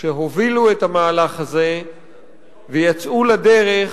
שהובילו את המהלך הזה ויצאו לדרך